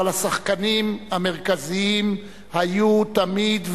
אבל השחקנים המרכזיים היו תמיד,